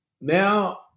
now